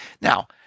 Now